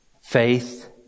faith